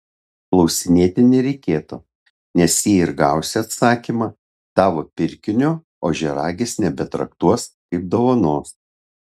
klausinėti nereikėtų nes jei ir gausi atsakymą tavo pirkinio ožiaragis nebetraktuos kaip dovanos